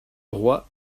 roi